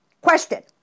question